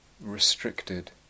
restricted